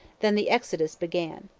than the exodus began.